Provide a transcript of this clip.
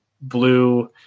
blue